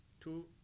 Two